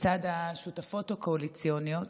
מצד השותפות הקואליציוניות,